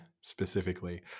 specifically